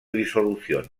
disolución